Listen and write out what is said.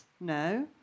No